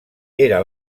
era